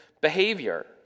behavior